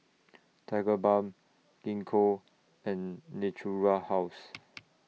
Tigerbalm Gingko and Natura House